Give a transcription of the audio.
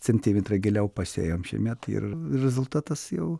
centimetrą giliau pasėjom šiemet ir rezultatas jau